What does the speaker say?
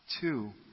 Two